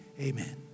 Amen